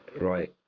Right